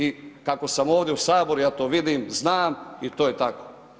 I kako sam ovdje u saboru ja to vidim, znam i to je tako.